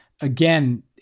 Again